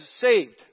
saved